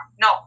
No